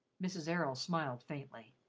mrs. errol smiled faintly.